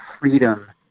freedom